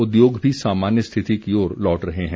उद्योग भी सामान्य स्थिति की ओर लौट रहे हैं